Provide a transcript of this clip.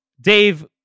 Dave